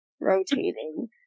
rotating